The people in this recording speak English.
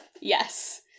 Yes